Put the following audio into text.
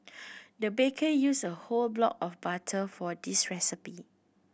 the baker used a whole block of butter for this recipe